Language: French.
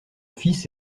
fils